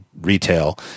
retail